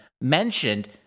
mentioned